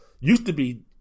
used-to-be